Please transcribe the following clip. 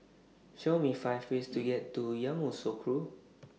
Show Me five ways to get to Yamoussoukro